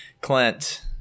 Clint